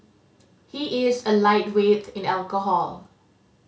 he is a lightweight in alcohol